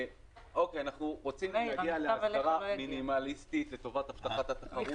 אנחנו רוצים להגיע לאסדרה מינימליסטית לטובת הבטחת התחרות.